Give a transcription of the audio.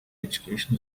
education